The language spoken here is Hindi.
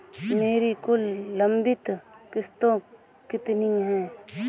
मेरी कुल लंबित किश्तों कितनी हैं?